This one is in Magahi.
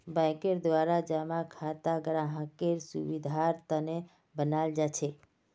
बैंकेर द्वारा जमा खाता ग्राहकेर सुविधार तने बनाल जाछेक